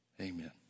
Amen